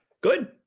Good